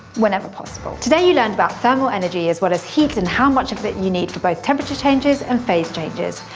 whenever possible. today, you learned about thermal energy, as well as heat, and how much of it you need for both temperature changes and phase changes.